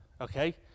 okay